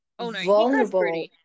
vulnerable